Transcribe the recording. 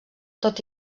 tot